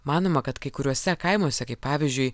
manoma kad kai kuriuose kaimuose kaip pavyzdžiui